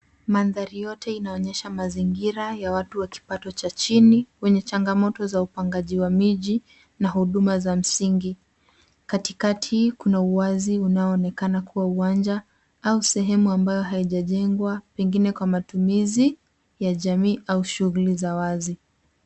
Mandhari yote inaonyesha mazingira ya watu wa kipato cha chini kwenye changamoto za upangaji wa miji na huduma za msingi. Katikati, kuna uwazi unaoonekana kuwa uwanja au sehemu ambayo haijajengwa pengine kwa matumizi ya jamii au shughuli za wazi.